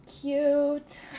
Cute